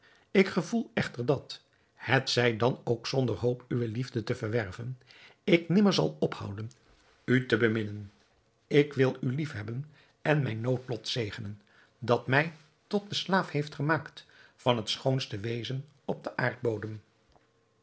ik gevoel echter dat hetzij dan ook zonder hoop uwe liefde te verwerven ik nimmer zal ophouden u te beminnen ik wil u liefhebben en mijn noodlot zegenen dat mij tot den slaaf heeft gemaakt van het schoonste wezen op den aardbodem